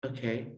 Okay